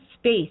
space